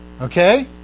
Okay